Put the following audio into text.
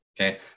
okay